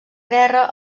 guerra